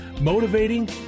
motivating